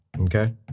Okay